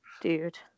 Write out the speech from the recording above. Dude